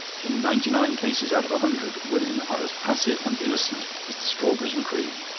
in ninety-nine cases out of a hundred women are as passive and innocent as the strawberries and cream.